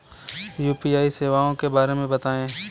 UPI सेवाओं के बारे में बताएँ?